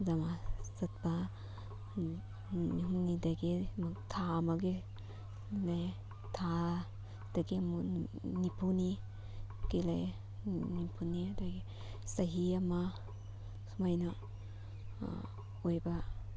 ꯗꯃꯥꯜ ꯆꯠꯄ ꯅꯨꯃꯤꯠ ꯍꯨꯝꯅꯤꯗꯒꯤ ꯑꯃꯨꯛ ꯊꯥ ꯑꯃꯒꯤ ꯅꯦ ꯊꯥꯗꯒꯤ ꯑꯃꯨꯛ ꯅꯤꯝꯐꯨꯅꯤ ꯒꯤ ꯂꯩ ꯅꯤꯝꯐꯨꯅꯤ ꯑꯗꯒꯤ ꯆꯍꯤ ꯑꯃ ꯁꯨꯃꯥꯏꯅ ꯑꯣꯏꯕ